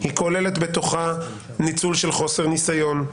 היא כוללת בתוכה ניצול של חוסר ניסיון,